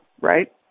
right